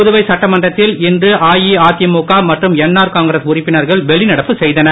புதுவை சட்டமன்றத்தில் இன்று அஇஅதிமுக மற்றும் என்ஆர் காங்கிரஸ் உறுப்பினர்கள் வெளிநடப்பு செய்தனர்